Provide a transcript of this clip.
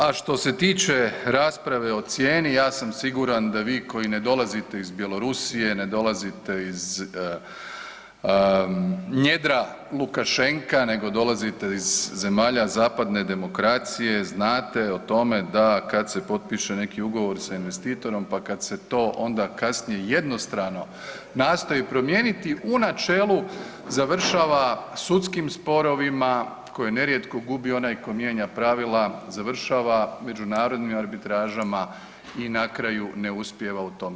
A što se tiče rasprave o cijeni ja sam siguran da vi koji ne dolazite iz Bjelorusije, ne dolazite iz njedra Lukašenka, nego dolazite iz zemalja zapadne demokracije znate o tome da kad se potpiše neki ugovor sa investitorom, pa kad se to onda kasnije jednostrano nastoji promijeniti u načelu završava sudskim sporovima koje nerijetko gubi onaj ko mijenja pravila, završava međunarodnim arbitražama i na kraju ne uspijeva u tome.